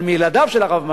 אבל מילדיו של הרב משאש,